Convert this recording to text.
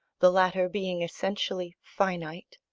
the latter being essentially finite,